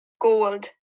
gold